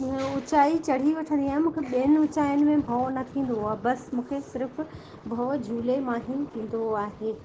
ऊचाई चढ़ी वठंदी आहियां मूंखे ॿियनि ऊचाइनि में भउ न थींदो आहे बसि मूंखे सिर्फ़ु भउ झूले मां ई थींदो आहे